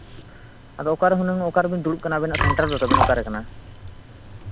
ᱟᱫᱚ ᱚᱠᱟᱨᱮ ᱦᱩᱱᱟᱹᱝ ᱚᱠᱟ ᱨᱮᱵᱮᱱ ᱫᱩᱲᱩᱵ ᱠᱟᱱᱟ ᱟᱵᱮᱱᱟᱜ ᱥᱮᱱᱴᱟᱨ ᱫᱚ ᱛᱟᱵᱮᱱ ᱚᱠᱟᱨᱮ ᱠᱟᱱᱟ